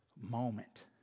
moment